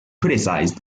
criticized